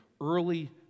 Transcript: early